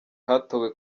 hatowe